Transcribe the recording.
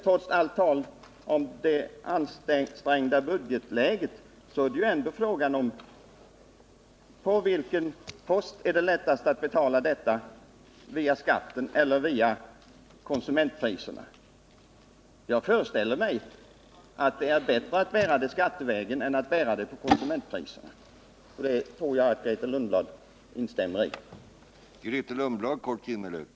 Trots allt tal om det ansträngda budgetläget är det ändå fråga om på vilket sätt det är lättast att betala detta — via skatten eller via konsumentpriserna. Jag föreställer mig att det är bättre att bära kostnaderna skattevägen än genom konsumentpriserna. Och jag tror att Grethe Lundblad som konsumentrepresentant instämmer i det.